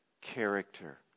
character